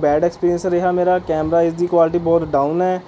bed experience ਰਿਹਾ ਮੇਰਾ camera ਇਸ ਦੀ ਕੁਆਲਟੀ ਬਹੁਤ ਡਾਊਨ ਹੈ